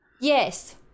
Yes